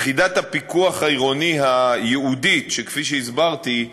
יחידת הפיקוח העירוני הייעודית, שכפי שהסברתי,